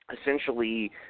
essentially